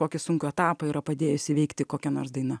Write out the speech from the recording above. kokį sunkų etapą yra padėjusi įveikti kokia nors daina